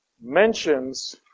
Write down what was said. mentions